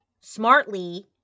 smartly